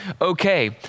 okay